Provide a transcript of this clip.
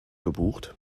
gebucht